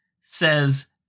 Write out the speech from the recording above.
says